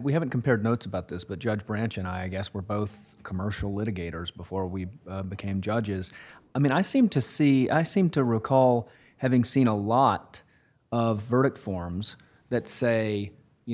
we haven't compared notes about this but judge branch and i guess we're both commercial litigators before we became judges i mean i seem to see i seem to recall having seen a lot of verdict forms that say you